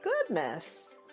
goodness